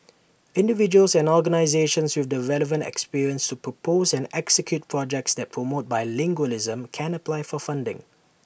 individuals and organisations with the relevant experience to propose and execute projects that promote bilingualism can apply for funding